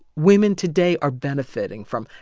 women today are benefiting from,